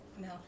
no